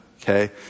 Okay